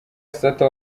sata